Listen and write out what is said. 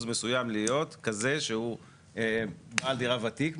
מסוים להיות כזה שהוא בעל דירה ותיק,